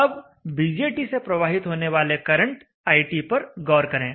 अब बीजेटी से प्रवाहित होने वाले करंट iT पर गौर करें